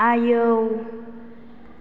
आयौ